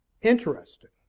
Interesting